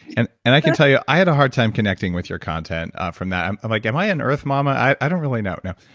and and i can tell you i had a hard time connecting with your content from that, i'm i'm like, am i an earth mama? i don't really know,